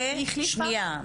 אבל היא החליפה --- שנייה,